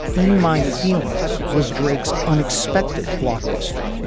in my feelings was drake's unexpected blockbuster,